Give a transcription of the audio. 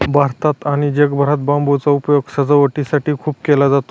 भारतात आणि जगभरात बांबूचा उपयोग सजावटीसाठी खूप केला जातो